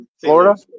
Florida